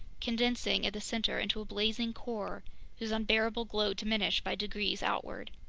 condensing at the center into a blazing core whose unbearable glow diminished by degrees outward.